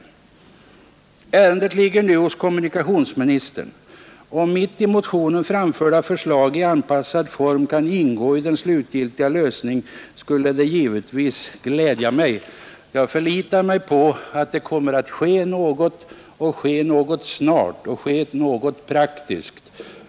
Ärendet ligger nu hos kommunikationsministern. Om mitt i motionen framförda förslag i anpassad form kan ingå i den slutgiltiga lösningen skulle det givetvis glädja mig. Jag förlitar mig på att det kommer att ske något praktiskt, och det snart.